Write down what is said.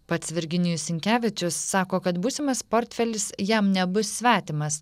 pats virginijus sinkevičius sako kad būsimas portfelis jam nebus svetimas